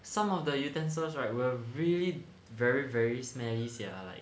some of the utensils right were really very very smelly sia like